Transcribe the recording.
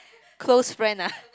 close friend ah